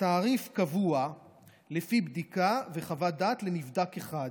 התעריף קבוע לפי בדיקה וחוות דעת לנבדק אחד.